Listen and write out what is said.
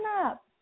up